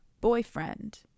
boyfriend